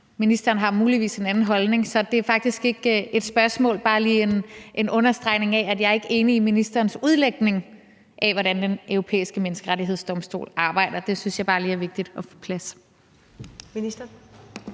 Ministeren har muligvis en anden holdning, så det her er faktisk ikke et spørgsmål, men bare lige en understregning af, at jeg ikke er enig i ministerens udlægning af, hvordan Den Europæiske Menneskerettighedsdomstol arbejder. Det synes jeg bare lige er vigtigt at få på plads. Kl.